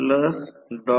तर ते 0